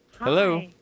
Hello